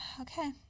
okay